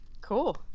cool